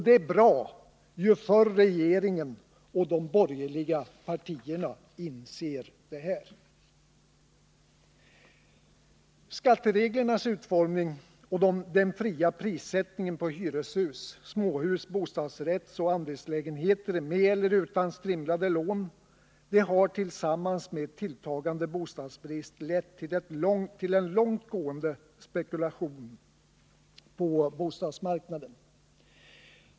Det är bra ju förr regeringen och de borgerliga partierna inser detta. Skattereglernas utformning och den fria prissättningen på hyreshus, småhus, bostadsrättsoch andelslägenheter med eller utan strimlade lån har, tillsammans med tilltagande bostadsbrist, lett till en långtgående spekulation på bostadsmarknaden.